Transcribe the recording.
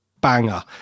banger